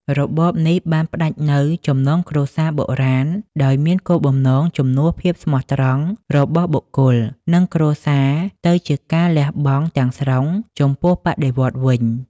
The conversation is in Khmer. របបនេះបានផ្តាច់នូវចំណងគ្រួសារបុរាណដោយមានគោលបំណងជំនួសភាពស្មោះត្រង់របស់បុគ្គល និងគ្រួសារទៅជាការលះបង់ទាំងស្រុងចំពោះបដិវត្តន៍វិញ។